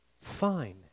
Fine